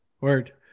word